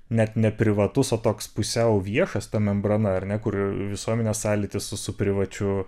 net ne neprivatus o toks pusiau viešas to membrana ar ne kur visuomenės sąlytis su su privačiu